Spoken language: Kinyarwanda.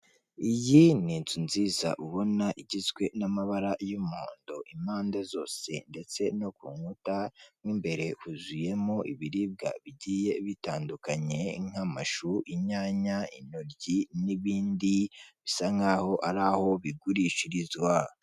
Iyi ni inzu nziza ubona igizwe n'amabara y'umuhondo impande zose, ndetse no kunkuta mo imbere huzuyemo ibiribwa bigiye bitandukanye nk'amashu, inyanya, intoryi n'ibindi bisa nkaho ari aho bigurishirizwa.